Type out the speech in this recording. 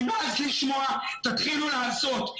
נמאס לשמוע, תתחילו לעשות.